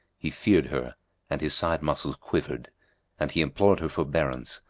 he feared her and his side-muscles quivered and he implored her forbearance,